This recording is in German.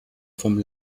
vom